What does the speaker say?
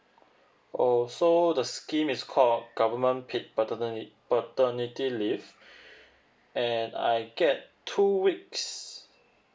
oh so the scheme is called government paid paterni~ paternity leave and I get two weeks